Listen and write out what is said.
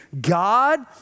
God